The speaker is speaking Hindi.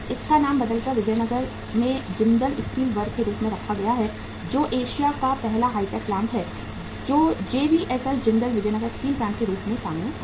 इसका नाम बदलकर विजयनगर में जिंदल स्टील वर्क्स के रूप में रखा गया है जो एशिया का पहला हाई टेक प्लांट है जो JVSL Jindal Vijayanagar steel plant के रूप में सामने आया